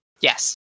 Yes